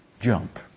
jump